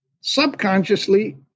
subconsciously